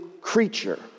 creature